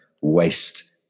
waste